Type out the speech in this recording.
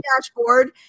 dashboard